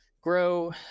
grow